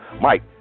Mike